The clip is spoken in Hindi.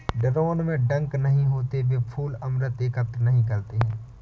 ड्रोन में डंक नहीं होते हैं, वे फूल अमृत एकत्र नहीं करते हैं